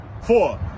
Four